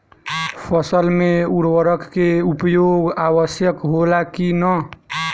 फसल में उर्वरक के उपयोग आवश्यक होला कि न?